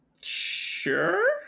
Sure